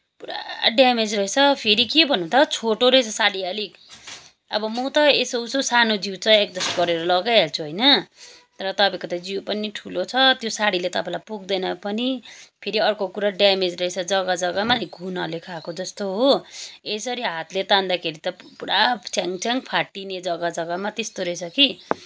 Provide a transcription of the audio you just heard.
पुरा ड्यामेज रहेछ फेरि के भन्नु त छोटो रहेछ साडी अलिक अब म त यसो उसो सानो जिउ छ एडजस्ट गरेर लागाइहाल्छु होइन तर तपाईँको त जिउ पनि ठुलो छ त्यो साडीले त तपाईँलाई पुग्दैन पनि फेरि अर्को कुरा ड्यामेज रहेछ जग्गा जग्गामा घुनहरूले खाएको जस्तो हो यसरी हातले तान्दाखेरि त पुरा छ्याङछ्याङ फाटिने जग्गा जग्गामा त्यस्तो रहेछ कि